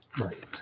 Right